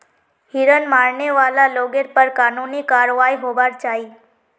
हिरन मारने वाला लोगेर पर कानूनी कारवाई होबार चाई